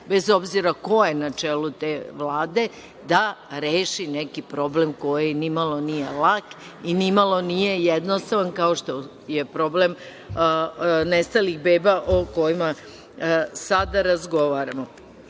bez obzira ko je na čelu te Vlade, da reši neki problem koji ni malo nije lak i ni malo nije jednostavan, kao što je problem nestalih beba o kojima sada razgovaramo. Moram